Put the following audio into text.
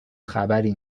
خبری